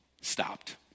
stopped